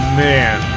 man